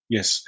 Yes